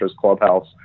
clubhouse